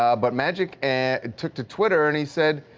um but magic and took to twitter and he said,